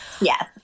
Yes